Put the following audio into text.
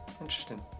interesting